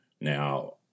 Now